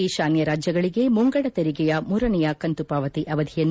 ಈಶಾನ್ಯರಾಜ್ಯಗಳಿಗೆ ಮುಂಗಡ ತೆರಿಗೆಯ ಮೂರನೆಯ ಕಂತು ಪಾವತಿ ಅವಧಿಯನ್ನು